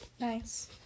Nice